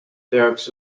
peaks